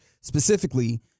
Specifically